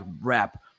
rap